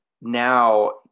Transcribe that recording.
now